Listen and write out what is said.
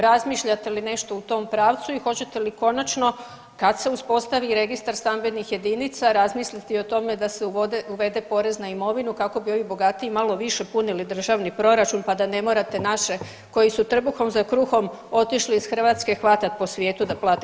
Razmišljate li nešto u tom pravcu i hoćete li konačno kad se uspostavi registar stambenih jedinica razmisliti i o tome da se uvede porez na imovinu kako bi ovi bogatiji malo više punili državni proračun, pa da ne morate naše koji su trbuhom za kruhom otišli iz Hrvatske hvatat po svijetu da plate porez.